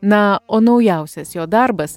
na o naujausias jo darbas